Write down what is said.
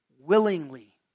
willingly